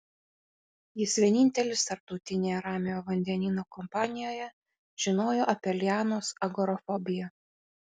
jis vienintelis tarptautinėje ramiojo vandenyno kompanijoje žinojo apie lianos agorafobiją